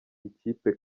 ikipe